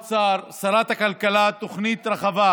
רק יודע דבר אחד: בסופר אתה נכנס עם העגלה,